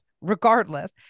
regardless